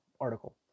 article